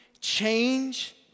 change